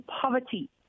poverty